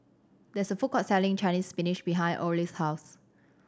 there is a food court selling Chinese Spinach behind Orley's house